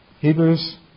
Hebrews